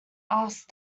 ask